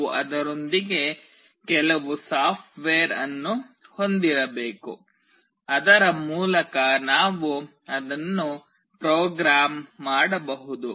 ನಾವು ಅದರೊಂದಿಗೆ ಕೆಲವು ಸಾಫ್ಟ್ವೇರ್ ಅನ್ನು ಹೊಂದಿರಬೇಕು ಅದರ ಮೂಲಕ ನಾವು ಅದನ್ನು ಪ್ರೋಗ್ರಾಂ ಮಾಡಬಹುದು